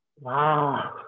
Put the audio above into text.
Wow